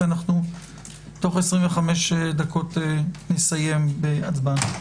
כי תוך 25 דקות נסיים בהצבעה.